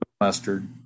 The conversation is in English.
mustard